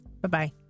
Bye-bye